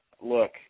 look